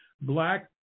Black